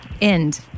end